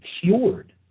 cured